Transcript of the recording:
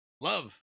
love